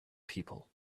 people